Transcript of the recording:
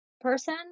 person